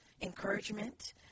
encouragement